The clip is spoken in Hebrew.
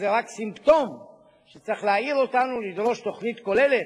אזהרה לפני שינוי דרמטי במצבה הכלכלי,